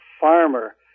farmer